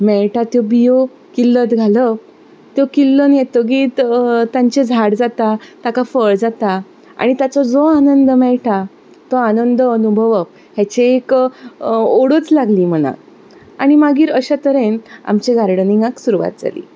मेळटा त्यो बियो किल्लत घालप त्यो किल्लन येतकीच तेंचें झाड जाता ताका फळ जाता आनी ताचो जो आनंद मेळटा तो आनंद अनुभवप हेचें एक ओडूच लागली मनाक आनी मागीर अश्या तरेन आमचे गार्डनिंगाक सुरवात जाली